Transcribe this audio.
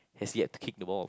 has yet to kick the ball